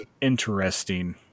interesting